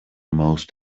most